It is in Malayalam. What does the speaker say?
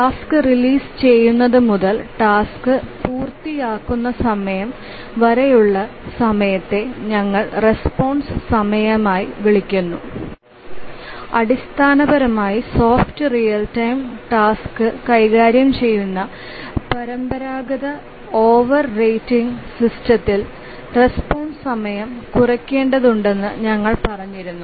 ടാസ്ക് റിലീസ് ചെയ്യുന്നതുമുതൽ ടാസ്ക് പൂർത്തിയാക്കുന്ന സമയം വരെയുള്ള സമയത്തെ ഞങ്ങൾ റെസ്പോൺസ് സമയമായി വിളിക്കുന്നു അടിസ്ഥാനപരമായി സോഫ്റ്റ് റിയൽ ടൈം ടാസ്ക്കൈകാര്യം ചെയ്യുന്ന പരമ്പരാഗത ഓവർറേറ്റിംഗ് സിസ്റ്റത്തിൽ റെസ്പോൺസ് സമയം കുറയ്ക്കേണ്ടതുണ്ടെന്ന് ഞങ്ങൾ പറഞ്ഞിരുന്നു